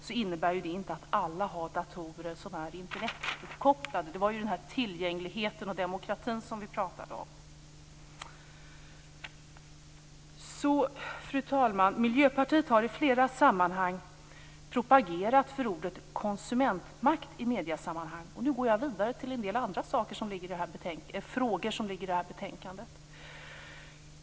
Men alla har inte datorer som är Internetuppkopplade. Det var ju den här tillgängligheten och demokratin som vi pratade om. Fru talman! Miljöpartiet har i flera sammanhang propagerat för konsumentmakt i mediesammanhang. Och nu går jag vidare till en del andra frågor som ligger i det här betänkandet.